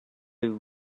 you